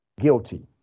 guilty